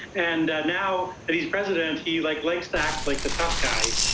and now that he's president, he like likes to act like the tough guy.